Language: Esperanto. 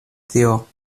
tio